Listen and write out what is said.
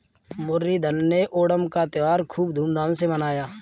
मुरलीधर ने ओणम का त्योहार खूब धूमधाम से मनाया